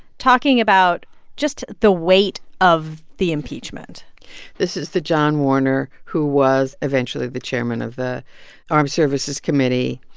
talking about just the weight of the impeachment this is the john warner who was eventually the chairman of the armed services committee,